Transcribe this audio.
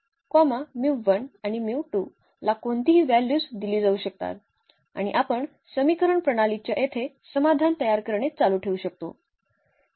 आणि आणि ला कोणतीही व्हॅल्यूज दिली जाऊ शकतात आणि आपण समीकरण प्रणालीच्या येथे समाधान तयार करणे चालू ठेवू शकतो